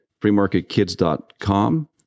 freemarketkids.com